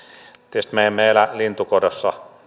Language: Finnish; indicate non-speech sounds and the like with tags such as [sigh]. tietysti me emme elä lintukodossa [unintelligible]